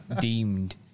deemed